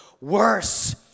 worse